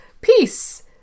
peace